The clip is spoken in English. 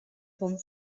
home